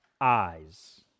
eyes